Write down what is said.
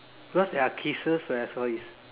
because there are cases where I saw is